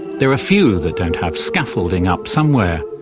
there are few that don't have scaffolding up somewhere.